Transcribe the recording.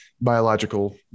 biological